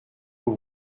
vous